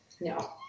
No